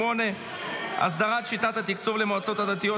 של שחיתות.